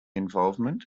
involvement